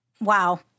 wow